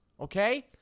okay